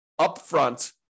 upfront